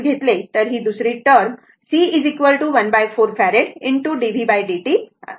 तर ही दुसरी term c 14 farad d vd t आहे